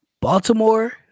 Baltimore